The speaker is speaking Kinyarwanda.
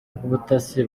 rw’ubutasi